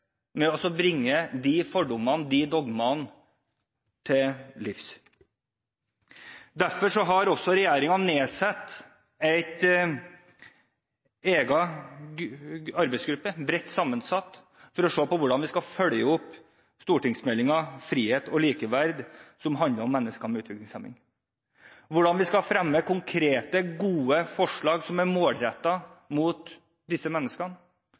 med å komme til livs de fordommene, de dogmene. Derfor har også regjeringen nedsatt en egen, bredt sammensatt arbeidsgruppe for å se på hvordan vi skal følge opp stortingsmeldingen Frihet og likeverd, som handler om mennesker med utviklingshemning, om hvordan vi skal fremme konkrete, gode forslag som er målrettet mot disse menneskene,